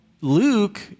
Luke